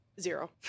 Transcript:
Zero